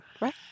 right